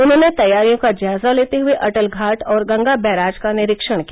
उन्होंने तैयारियों का जायजा लेते हुए अटल घाट और गंगा बैराज का निरीक्षण किया